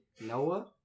Noah